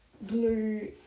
blue